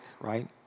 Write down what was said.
right